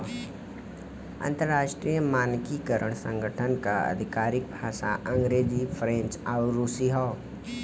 अंतर्राष्ट्रीय मानकीकरण संगठन क आधिकारिक भाषा अंग्रेजी फ्रेंच आउर रुसी हौ